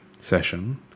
session